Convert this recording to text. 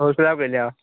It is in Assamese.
হ'লচেলাৰ কৰিলে আৰু